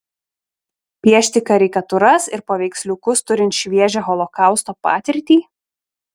piešti karikatūras ir paveiksliukus turint šviežią holokausto patirtį